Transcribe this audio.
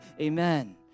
Amen